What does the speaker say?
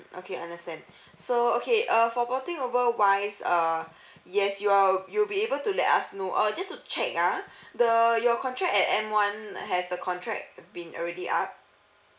okay understand so okay uh for porting over wise uh yes you are you'll be able to let us know oh just to check ah the your contract at M one has the contract been already up